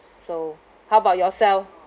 so how about yourself